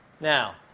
Now